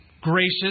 gracious